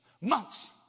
months